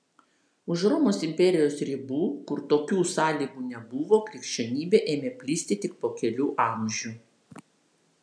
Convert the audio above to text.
už romos imperijos ribų kur tokių sąlygų nebuvo krikščionybė ėmė plisti tik po kelių amžių